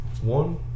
one